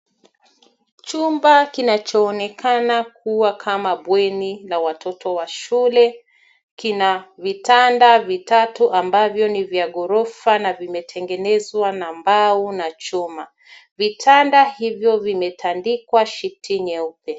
Chumba kinachoonekana kuwa kama bweni la watoto wa shule kina vitanda vitatu ambavyo ni vya ghorofa na vimetengenezwa na mbao na chuma. Vitanda hivyo vimetandikwa shiti nyeupe.